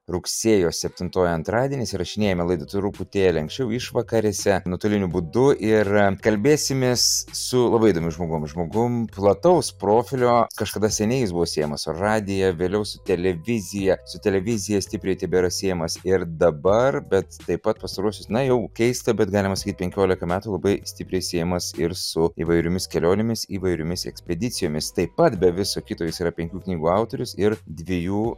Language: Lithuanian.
rugsėjo sptintoji antradienis įrašinėjame laidą truputėlį anksčiau išvakarėse nuotoliniu būdu ir kalbėsimės su labai įdomiu žmogum žmogum plataus profilio kažkada seniai jis buvo siejamas su radija vėliau su televizija su televizija stipriai tebėra siejamas ir dabar bet taip pat pastaruosius na jau keista bet galima sakyt penkiolika metų labai stipriai siejamas ir su įvairiomis kelionėmis įvairiomis ekspedicijomis taip pat be viso kito jis yra penkių knygų autorius ir dviejų